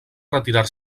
retirar